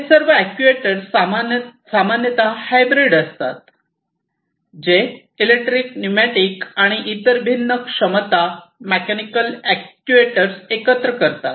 हे सर्व अॅक्ट्युएटर सामान्यत हायब्रीड असतात जे इलेक्ट्रिक न्यूमॅटिक आणि इतर भिन्न क्षमता मेकॅनिकल अॅक्ट्युएटर्स एकत्र करतात